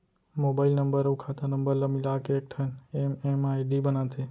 mobile number अउ खाता number ल मिलाके एकठन एम.एम.आई.डी बनाथे